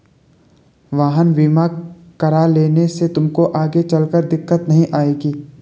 वाहन बीमा करा लेने से तुमको आगे चलकर दिक्कत नहीं आएगी